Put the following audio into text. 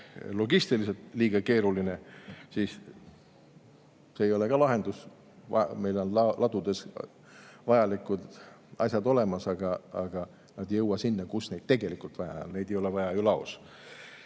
logistiliselt liiga keeruline, ei ole see lahendus. Meil on ladudes vajalikud asjad olemas, aga need ei jõua sinna, kus neid tegelikult on vaja. Neid ei ole vaja ju laos.